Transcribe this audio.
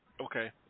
Okay